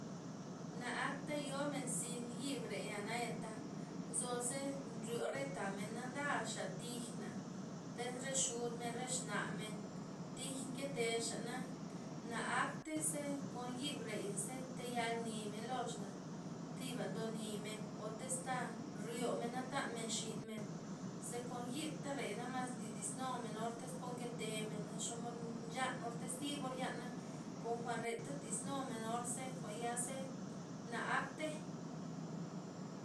Na aktey yomen zin yibre'ya' naya tak, nzose nrio re tamen na ndaxa tij'na, tiz re xudmen, re xmamen, tij nketexa'na, na aktey zekon yib'reya ze tayal nimen loxa'na, thiba ndonimen o tiz ta ryome'na thanmen xinmen, ze kon yib'tare namas ndodis numen or po nketemen naxomod ncha'nor iz zibor yan'na ko jwan'reta todis numen or ze jwa'n ya ze na aktey.